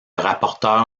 rapporteur